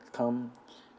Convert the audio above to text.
come